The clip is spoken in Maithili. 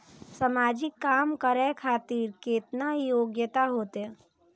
समाजिक काम करें खातिर केतना योग्यता होते?